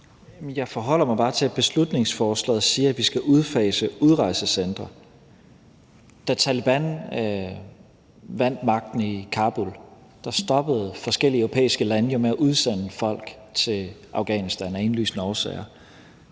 Jeg forholder mig bare til, at man i beslutningsforslaget siger, at vi skal udfase udrejsecentre. Da Taleban vandt magten i Kabul, stoppede forskellige europæiske lande jo med at udsende folk til Afghanistan af indlysende årsager.